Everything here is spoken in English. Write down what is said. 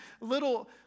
little